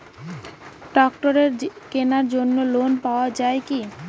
ট্রাক্টরের কেনার জন্য লোন পাওয়া যায় কি?